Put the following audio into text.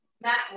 Matt